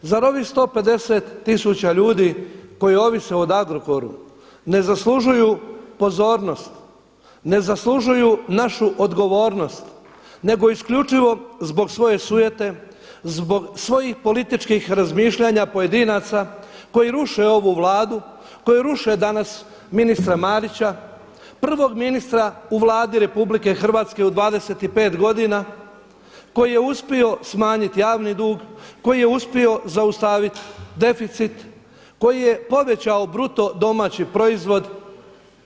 Zar ovih 150 tisuća ljudi koji ovise o Agrokoru ne zaslužuju pozornost, ne zaslužuju našu odgovornost nego isključivo zbog svoje sujete, zbog svojih političkih razmišljanja pojedinaca koji ruše ovu Vladu, koji ruše danas ministra Marića, prvog ministra u Vladi RH u 25 godina koji je uspio smanjiti javni dug, koji je uspio zaustaviti deficit, koji je povećao BDP?